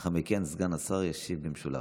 לאחר מכן סגן השר ישיב במשולב.